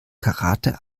karate